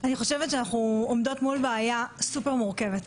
לדעתי, אנחנו עומדות מול בעיה סופר מורכבת.